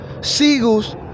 seagulls